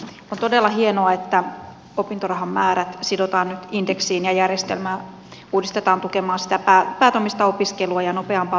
on todella hienoa että opintorahan määrä sidotaan nyt indeksiin ja järjestelmää uudistetaan tukemaan päätoimista opiskelua ja nopeampaa valmistumista